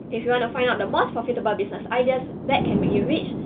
if you want to find out the most profitable business ideas that can make you rich,